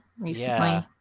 recently